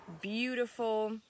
beautiful